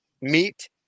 meat